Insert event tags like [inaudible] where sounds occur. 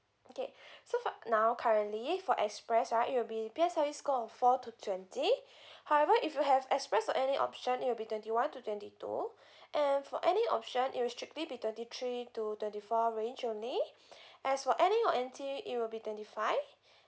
okay [breath] so for now currently for express right it'll be P_S_L_E score of four to twenty [breath] however if you have express or N_A option it'll be twenty one to twenty two [breath] and for N_A option it'll strictly be thirty three to thirty four range only [breath] as for N_A or N_T it will be twenty five [breath]